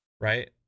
Right